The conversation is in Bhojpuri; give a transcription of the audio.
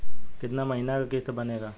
कितना महीना के किस्त बनेगा?